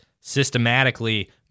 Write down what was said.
systematically